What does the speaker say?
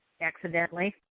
accidentally